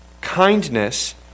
kindness